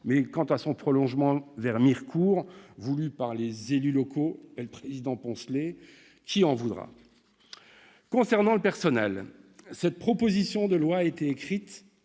qui voudra de son prolongement vers Mirecourt, voulu par les élus locaux et le président Poncelet ? Concernant le personnel, cette proposition de loi a été rédigée